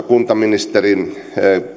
kuntaministerin